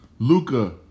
Luca